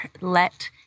let